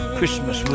Christmas